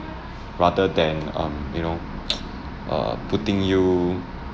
rather than um you know err putting you